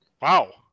Wow